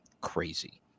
crazy